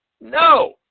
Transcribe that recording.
No